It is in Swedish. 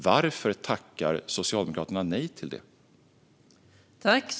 Varför tackar Socialdemokraterna nej till detta?